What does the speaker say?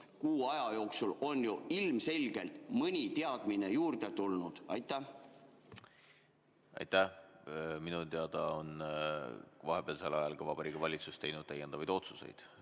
kuu aja jooksul on ju ilmselgelt mõni teadmine juurde tulnud. Aitäh! Minu teada on vahepealsel ajal ka Vabariigi Valitsus teinud täiendavaid otsuseid,